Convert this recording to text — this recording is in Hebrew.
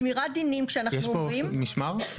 שמירת דינים שאנחנו אומרים --- יש פה משמר?